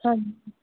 ਹਾਂਜੀ